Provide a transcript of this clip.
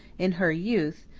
in her youth,